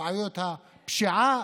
בבעיות הפשיעה,